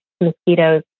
mosquitoes